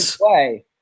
play